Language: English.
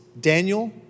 Daniel